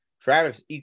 Travis